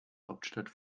hauptstadt